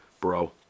bro